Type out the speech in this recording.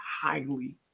highly